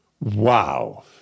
Wow